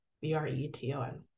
B-R-E-T-O-N